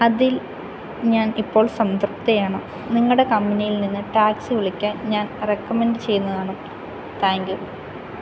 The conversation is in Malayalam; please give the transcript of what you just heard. അതിൽ ഞാൻ ഇപ്പോൾ സംതൃപ്തയാണ് നിങ്ങളുടെ നിങ്ങളുടെ കമ്പനിയിൽ നിന്ന് ടാക്സി വിളിക്കാൻ ഞാൻ റെക്കമെൻറ്റ് ചെയ്യുന്നതാണ് താങ്ക് യൂ